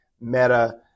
meta